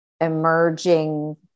emerging